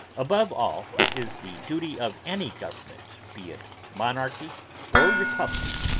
above all it is the duty of any government, be it monarchy or republic,